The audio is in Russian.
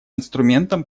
инструментом